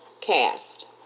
cast